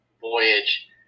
voyage